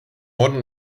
morden